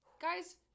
Guys